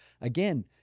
again